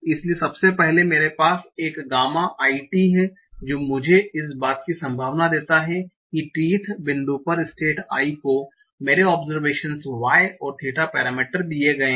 इसलिए सबसे पहले मेरे पास यह गामा i t है जो मुझे इस बात की संभावना देता है कि t th बिंदु पर स्टेट i को मेरे ओबसरवेशनस y और थीटा पैरामीटर दिए गए हैं